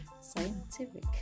scientific